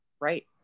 Right